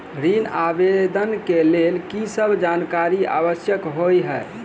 ऋण आवेदन केँ लेल की सब जानकारी आवश्यक होइ है?